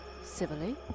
Civilly